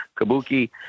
kabuki